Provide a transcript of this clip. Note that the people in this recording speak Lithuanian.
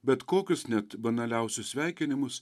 bet kokius net banaliausius sveikinimus